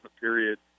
period